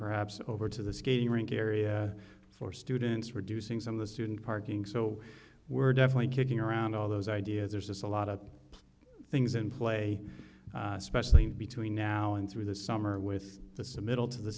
perhaps over to the skating rink area for students reducing some of the student parking so we're definitely kicking around all those ideas there's just a lot of things in play especially between now and through the summer with the submittal to the